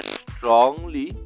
strongly